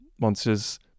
monsters